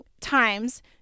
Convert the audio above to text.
times